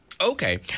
Okay